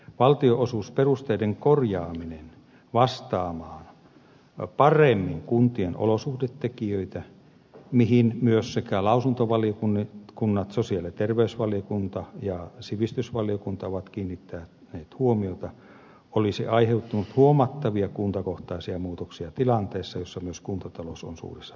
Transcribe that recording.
valtionosuusperusteiden korjaaminen vastaamaan paremmin kuntien olosuhdetekijöitä mihin myös sekä lausuntovaliokunnat sosiaali ja terveysvaliokunta ja sivistysvaliokunta ovat kiinnittäneet huomiota olisi aiheutunut huomattavia kuntakohtaisia muutoksia tilanteessa jossa myös kuntatalous on suurissa vaikeuksissa